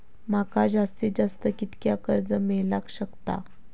माका जास्तीत जास्त कितक्या कर्ज मेलाक शकता?